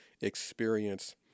experience